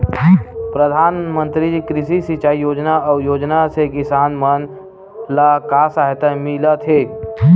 प्रधान मंतरी कृषि सिंचाई योजना अउ योजना से किसान मन ला का सहायता मिलत हे?